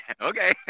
Okay